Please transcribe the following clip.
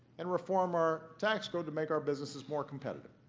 and reform our tax code to make our businesses more competitive.